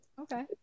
Okay